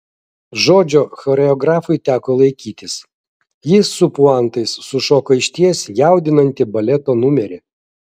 žodžio choreografui teko laikytis jis su puantais sušoko išties jaudinantį baleto numerį